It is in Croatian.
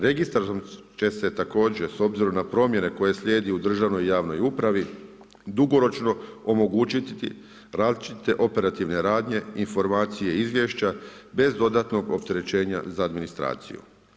Registrom će se također, s obzirom na promjene koje slijede u državnoj i javnoj upravi dugoročno omogućiti različite operativne radnje, informacije i izvješća bez dodatnog opterećenja za administraciju.